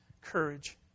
courage